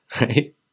right